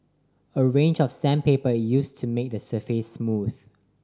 a range of sandpaper used to make the surface smooth